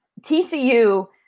TCU